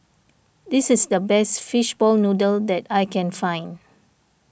this is the best Fishball Noodle that I can find